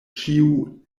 ĉiu